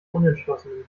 unentschlossenen